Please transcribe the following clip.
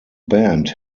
band